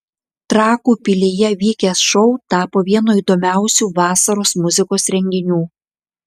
trakų pilyje vykęs šou tapo vienu įdomiausių vasaros muzikos renginių